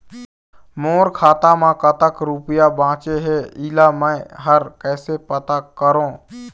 मोर खाता म कतक रुपया बांचे हे, इला मैं हर कैसे पता करों?